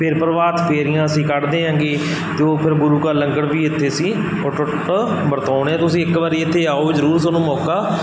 ਫਿਰ ਪ੍ਰਭਾਤ ਫੇਰੀਆਂ ਅਸੀਂ ਕੱਢਦੇ ਆਂਗੇ ਜੋ ਫਿਰ ਗੁਰੂ ਕਾ ਲੰਗਰ ਵੀ ਇੱਥੇ ਅਸੀਂ ਅਟੁੱਟ ਵਰਤਾਉਂਦੇ ਤੁਸੀਂ ਇੱਕ ਵਾਰੀ ਇੱਥੇ ਆਓ ਜ਼ਰੂਰ ਤੁਹਾਨੂੰ ਮੌਕਾ